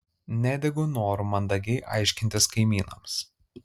nedegu noru mandagiai aiškintis kaimynams